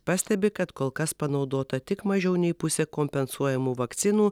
pastebi kad kol kas panaudota tik mažiau nei pusė kompensuojamų vakcinų